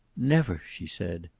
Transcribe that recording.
never! she said.